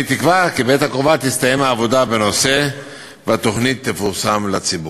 אני מקווה כי בעת הקרובה תסתיים העבודה בנושא והתוכנית תפורסם לציבור.